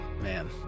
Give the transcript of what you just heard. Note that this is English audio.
Man